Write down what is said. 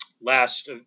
last